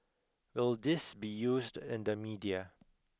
will this be used in the media